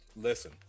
Listen